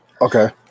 okay